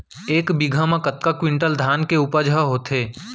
एक बीघा म कतका क्विंटल धान के उपज ह होथे?